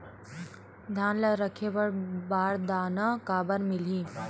धान ल रखे बर बारदाना काबर मिलही?